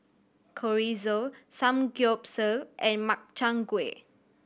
Chorizo Samgyeopsal and Makchang Gui